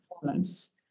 performance